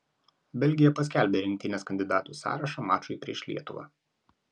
belgija paskelbė rinktinės kandidatų sąrašą mačui prieš lietuvą